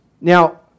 Now